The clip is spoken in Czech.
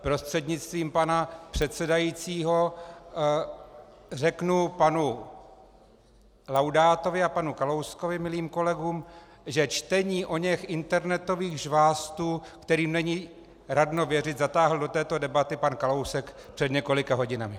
Prostřednictvím pana předsedajícího řeknu panu Laudátovi a panu Kalouskovi, milým kolegům, že čtení oněch internetových žvástů, kterým není radno věřit, zatáhl do této debaty pan Kalousek před několika hodinami.